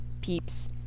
peeps